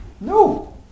no